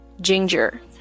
ginger